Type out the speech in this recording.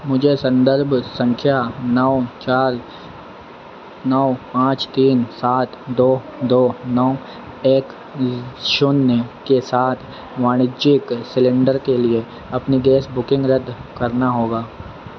मुझे सन्दर्भ संख्या नौ चार नौ पाँच तीन सात दो दो नौ एक शून्य के साथ वाणिज्यिक सिलिण्डर के लिए अपनी गैस बुकिंग रद्द करना होगा